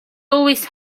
always